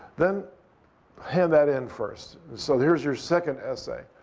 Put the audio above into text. then hand that in first. so here's your second essay.